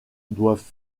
doivent